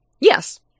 Yes